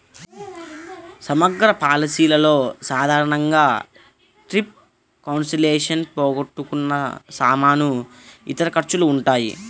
సమగ్ర పాలసీలలో సాధారణంగా ట్రిప్ క్యాన్సిలేషన్, పోగొట్టుకున్న సామాను, ఇతర ఖర్చులు ఉంటాయి